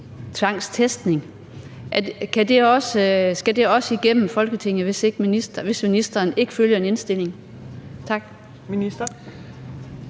tvangstestning? Skal det også igennem Folketinget, hvis ministeren ikke følger en indstilling?